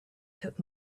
took